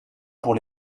pour